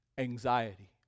Anxiety